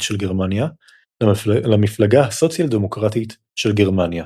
של גרמניה למפלגה הסוציאל-דמוקרטית של גרמניה.